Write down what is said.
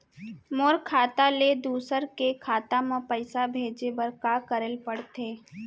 मोर खाता ले दूसर के खाता म पइसा भेजे बर का करेल पढ़थे?